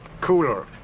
Cooler